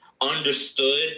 understood